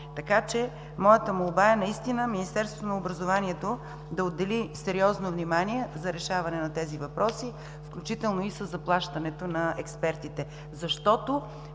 Така че моята молба е наистина Министерството на образованието и науката да отдели сериозно внимание за решаване на тези въпроси, включително и със заплащането на експертите.